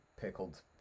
pickled